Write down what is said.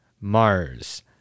Mars